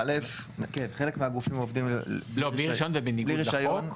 א' חלק מהגופים עובדים היום בלי רישיון,